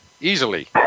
easily